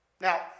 Now